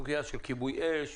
סוגיה של כיבוי אש,